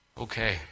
Okay